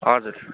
हजुर